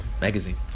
magazine